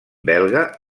belga